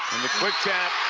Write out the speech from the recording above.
and the quick tap,